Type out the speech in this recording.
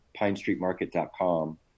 pinestreetmarket.com